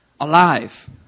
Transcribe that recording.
alive